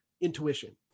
intuition